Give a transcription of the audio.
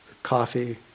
coffee